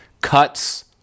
cuts